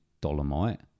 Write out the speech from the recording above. Dolomite